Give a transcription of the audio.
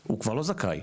הוא כבר לא זכאי.